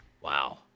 Wow